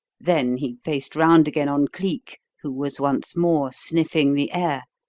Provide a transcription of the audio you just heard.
then he faced round again on cleek, who was once more sniffing the air,